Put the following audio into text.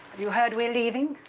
you heard we're leaving?